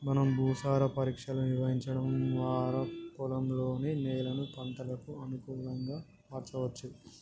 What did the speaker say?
మనం భూసార పరీక్షలు నిర్వహించడం వారా పొలంలోని నేలను పంటలకు అనుకులంగా మార్చవచ్చు